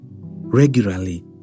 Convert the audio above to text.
regularly